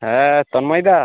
হ্যাঁ তন্ময়দা